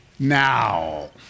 Now